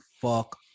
fuck